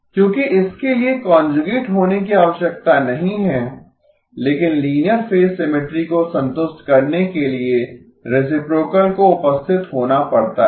क्योंकि इसके लिए कांजुगेट होने की आवश्यकता नहीं है लेकिन लीनियर फेज सिमिट्री को संतुष्ट करने के लिए रेसिप्रोकल को उपस्थित होना पड़ता है